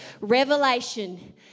revelation